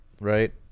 right